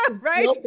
right